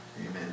amen